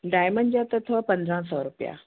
diamond जा त अथव पंद्रहं सौ रुपया